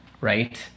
right